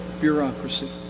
bureaucracy